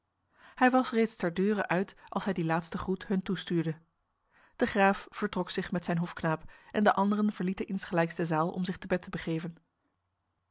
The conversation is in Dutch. hij was reeds ter deure uit als hij die laatste groet hun toestuurde de graaf vertrok zich met zijn hofknaap en de anderen verlieten insgelijks de zaal om zich te bed te begeven